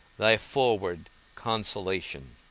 thy forward consolation.